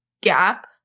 gap